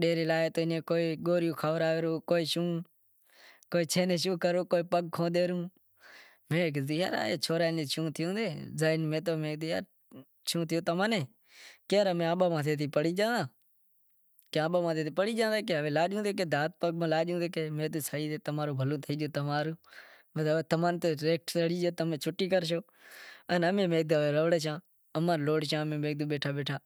ڈیرے لائی ریا تو کوئی گوریوں کھائی ریو تو کوئی شوں کوئی شوں میں کہیو کہ سوراں نیں شوں تھیو، لہیں یار امیں آمباں متھی پڑی گیا ہتا ہوے لاڈیوں ہات پاگ میں، میں کہیو تمیں تو شوٹی کرشو امیں لوڑشاں